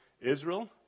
Israel